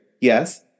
Yes